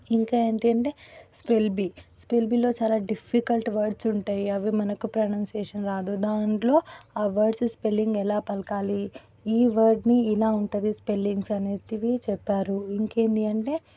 ఇంకా ఏంటి అంటే స్పెల్ బి స్పెల్ బిలో చాలా డిఫికల్ట్ వర్డ్స్ ఉంటాయి అవి మనకు ప్రొనౌన్షియేషన్ రాదు దాంట్లో అవార్డ్స్ స్పెల్లింగ్ ఎలా పలకాలి ఈ వర్డ్ని ఇలా ఉంటుందిస్పెల్లింగ్స్ అనేటివి చెప్పారు ఇంకేంటి అంటే